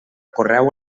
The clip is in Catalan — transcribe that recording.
correu